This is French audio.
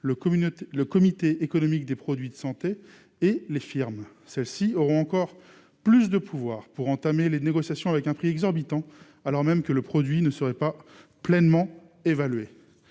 le comité économique des produits de santé et les firmes celles-ci auront encore plus de pouvoir pour entamer les négociations avec un prix exorbitant, alors même que le produit ne serait pas pleinement évaluer